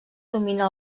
domina